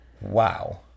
wow